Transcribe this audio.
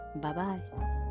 Bye-bye